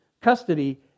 custody